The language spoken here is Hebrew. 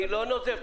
אני לא נוזף.